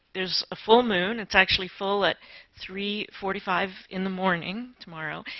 there's a full moon. it's actually full at three forty five in the morning tomorrow.